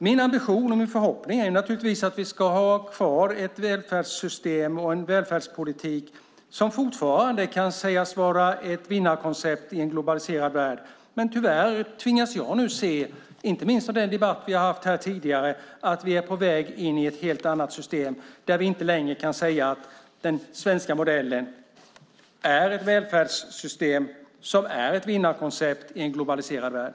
Min ambition och förhoppning är naturligtvis att vi ska ha kvar ett välfärdssystem och en välfärdspolitik som fortfarande kan sägas vara ett vinnarkoncept i en globaliserad värld. Men tyvärr tvingas jag nu se, inte minst av den debatt vi har haft här tidigare, att vi är på väg in i ett helt annat system där vi inte längre kan säga att den svenska modellen är ett sådant välfärdssystem.